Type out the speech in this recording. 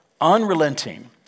unrelenting